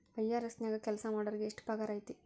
IRS ನ್ಯಾಗ್ ಕೆಲ್ಸಾಮಾಡೊರಿಗೆ ಎಷ್ಟ್ ಪಗಾರ್ ಐತಿ?